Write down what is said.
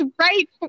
right